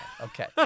Okay